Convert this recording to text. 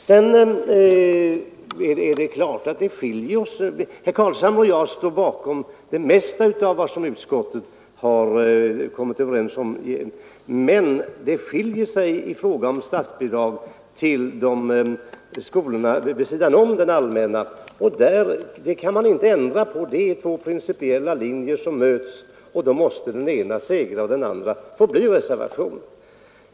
Herr Carlshamre och jag står båda bakom det mesta av det som utskottet skrivit, men våra åsikter går isär när det gäller statsbidrag till förskolor vid sidan av den allmänna förskolan. Det kan man inte ändra på; det är två principiella linjer som möts, och då måste den ena segra och bli utskottets linje och den andra reservanternas.